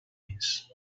més